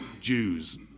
Jews